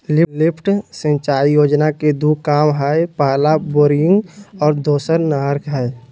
lift सिंचाई योजना के दू काम हइ पहला बोरिंग और दोसर नहर हइ